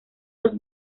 los